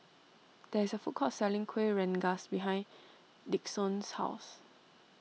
there is a food court selling Kueh Rengas behind Dixon's house